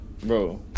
bro